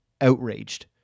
outraged